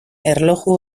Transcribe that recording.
erloju